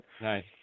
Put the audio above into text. Nice